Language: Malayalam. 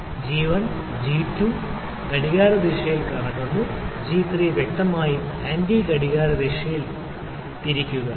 g 1 g 2 ഘടികാരദിശയിൽ കറങ്ങുന്നു g 3 വ്യക്തമായുo ആന്റി ഘടികാരദിശയിൽ തിരിക്കുക